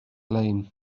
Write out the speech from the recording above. lein